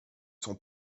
son